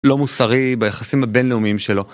לא מוסרי ביחסים הבינלאומיים שלו.